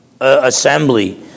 assembly